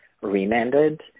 remanded